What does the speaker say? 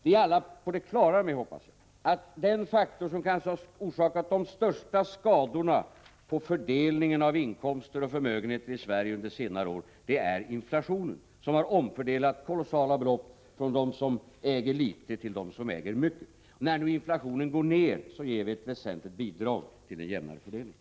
Vi är alla på det klara med, hoppas jag, att den faktor som kanske har orsakat de största skadorna när det gäller fördelningen av inkomster och förmögenheter i Sverige under senare år är inflationen. Inflationen har omfördelat kolossala belopp från dem som äger litet till dem som äger mycket. När nu inflationen går ned ger vi ett väsentligt bidrag till en jämnare fördelning.